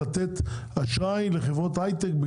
לתת אשראי לחברות הייטק,